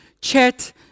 chat